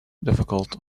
difficult